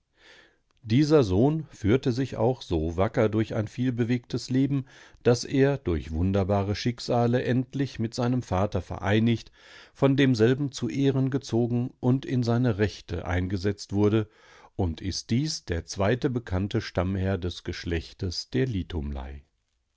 dieser sohn führte sich auch so wacker durch ein vielbewegtes leben daß er durch wunderbare schicksale endlich mit seinem vater vereinigt von demselben zu ehren gezogen und in seine rechte eingesetzt wurde und ist dies der zweite bekannte stammherr des geschlechtes der